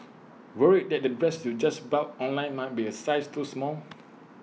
worried that the dress you just bought online might be A size too small